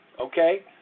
okay